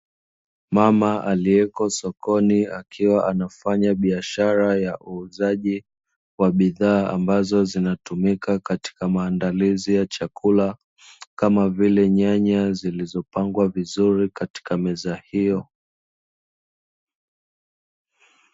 Mama aliyeko sokoni akiwa anafanya biashara ya uuzaji wa bidhaa, ambazo zinatumika katika maandalizi ya chakula, kama vile nyanya zilizopangwa vizuri katika meza hiyo.